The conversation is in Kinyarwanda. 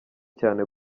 cyane